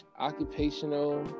occupational